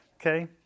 Okay